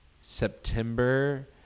September